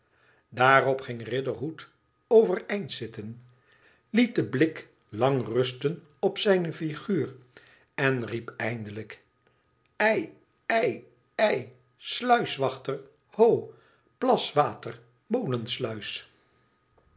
daarop ging riderhood overeindzitten liet den blik lang rusten op zijne figuur en riep eindelijk hei ei ei sluiswachter ho